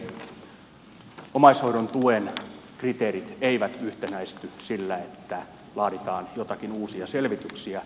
toisekseen omaishoidon tuen kriteerit eivät yhtenäisty sillä että laaditaan joitakin uusia selvityksiä